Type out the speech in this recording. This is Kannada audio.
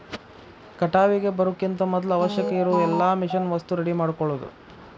ಕಟಾವಿಗೆ ಬರುಕಿಂತ ಮದ್ಲ ಅವಶ್ಯಕ ಇರು ಎಲ್ಲಾ ಮಿಷನ್ ವಸ್ತು ರೆಡಿ ಮಾಡ್ಕೊಳುದ